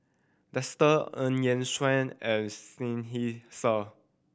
Dester Eu Yan Sang and Seinheiser